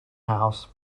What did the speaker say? house